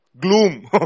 Gloom